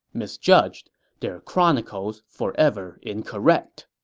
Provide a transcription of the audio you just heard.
misjudged their chronicles forever incorrect?